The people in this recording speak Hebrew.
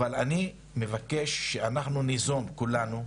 אני מבקש שאנחנו ניזום כולנו,